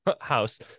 house